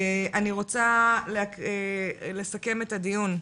אני רוצה לסכם את הדיון.